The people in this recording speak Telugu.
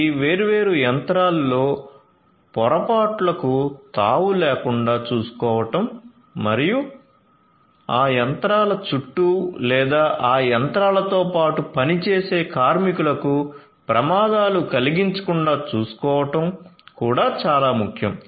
ఈ వేర్వేరు యంత్రాలు లో పొరపాట్లకు తావు లేకుండా చూసుకోవడం మరియు ఆ యంత్రాల చుట్టూ లేదా ఆ యంత్రాలతో పాటు పనిచేసే కార్మికులకు ప్రమాదాలు కలిగించకుండా చూసుకోవడం కూడా చాలా ముఖ్యం